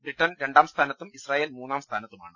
Britain രണ്ടാംസ്ഥാനത്തും Israel മൂന്നാം സ്ഥാനത്തു മാണ്